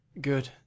Good